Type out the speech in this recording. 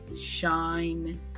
shine